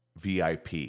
VIP